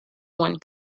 one